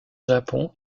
japon